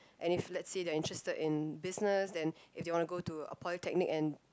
and if lets say they are interested in business and if they want to go to a polytechnic and